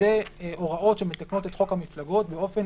אלה הוראות שמתקנות את חוק המפלגות באופן